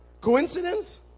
Coincidence